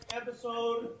episode